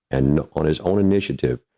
and on his own initiative,